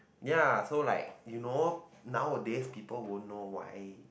ya so like you know nowadays people won't know why